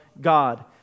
god